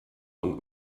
und